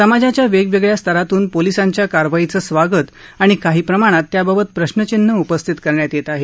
समाजाच्या वेगवेगळ्या स्तरातून पोलिसांच्या कारवाईचं स्वागत आणि काही प्रमाणात त्याबाबत प्रश्नचिन्ह उपस्थित करण्यात येत आहे